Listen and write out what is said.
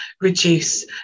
reduce